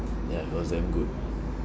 ya it was damn good